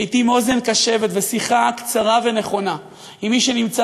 לעתים אוזן קשבת ושיחה קצרה ונכונה עם מי שנמצא